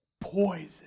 poison